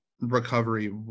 recovery